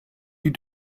you